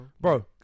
Bro